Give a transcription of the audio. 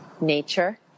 nature